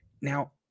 now